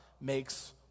makes